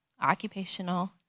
occupational